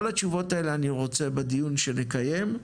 את כל התשובות האלה אני רוצה בדיון שנקיים.